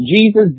Jesus